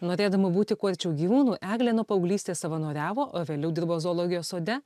norėdama būti kuo arčiau gyvūnų eglė nuo paauglystės savanoriavo o vėliau dirbo zoologijos sode